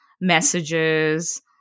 messages